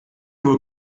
wohl